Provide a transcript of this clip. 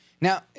Now